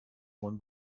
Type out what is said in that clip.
von